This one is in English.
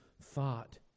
thought